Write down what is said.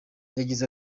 yagize